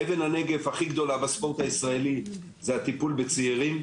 אבן הנגף הכי גדולה בספורט הישראלי זה הטיפול בצעירים.